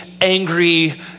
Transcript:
angry